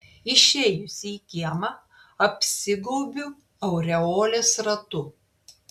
išėjusi į kiemą apsigaubiu aureolės ratu